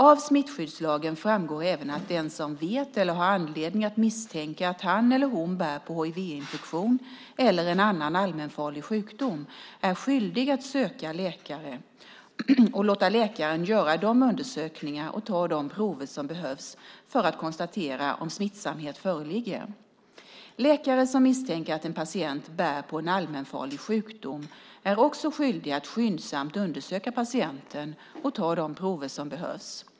Av smittskyddslagen framgår även att den som vet eller har anledning att misstänka att han eller hon bär på hivinfektion eller en annan allmänfarlig sjukdom är skyldig att söka läkare och låta läkaren göra de undersökningar och ta de prover som behövs för att konstatera om smittsamhet föreligger. Läkare som misstänker att en patient bär på en allmänfarlig sjukdom är också skyldig att skyndsamt undersöka patienten och ta de prover som behövs.